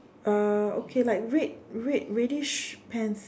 uh okay like red red reddish pants